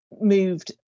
moved